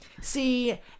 See